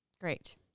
Great